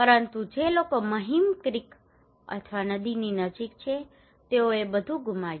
પરંતુ જે લોકો મહીમ ક્રિક અથવા નદીની નજીક છે તેઓએ બધું ગુમાવ્યું